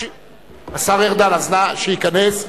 השר ארדן, אז בבקשה שייכנס.